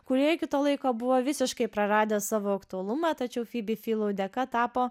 kurie iki to laiko buvo visiškai praradę savo aktualumą tačiau fibi filou dėka tapo